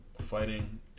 Fighting